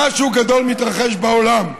משהו גדול מתרחש בעולם,